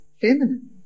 feminine